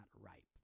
ripe